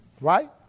Right